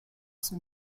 son